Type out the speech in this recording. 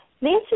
Nancy